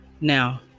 Now